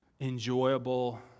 enjoyable